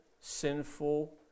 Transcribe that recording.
sinful